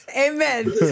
Amen